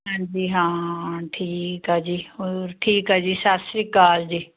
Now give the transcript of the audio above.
ਹਾਂਜੀ ਹਾਂ ਠੀਕ ਆ ਜੀ ਹੋਰ ਠੀਕ ਆ ਜੀ ਸਤਿ ਸ਼੍ਰੀ ਅਕਾਲ ਜੀ